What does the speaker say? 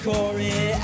Corey